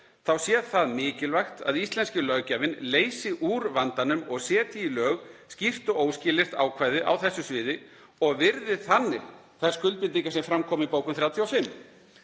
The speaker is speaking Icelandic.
sé það mikilvægt að íslenski löggjafinn leysi úr vandanum og setji í lög skýrt og óskilyrt ákvæði á þessu sviði og virði þannig þær skuldbindingar sem fram kom í bókun 35.“